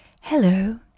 hello